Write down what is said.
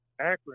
Akron